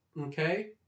okay